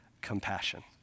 compassion